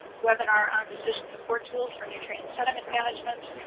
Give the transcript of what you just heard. webinar on decision support tools for nutrient sediment management.